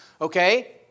okay